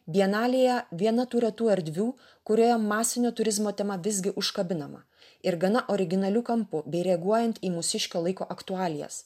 bienalėje viena tų retų erdvių kurioje masinio turizmo tema visgi užkabinama ir gana originaliu kampu bei reaguojant į mūsiškio laiko aktualijas